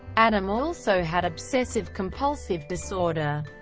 adam also had obsessive-compulsive disorder,